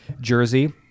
jersey